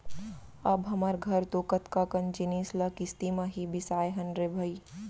अब हमर घर तो कतका कन जिनिस ल किस्ती म ही बिसाए हन रे भई